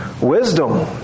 Wisdom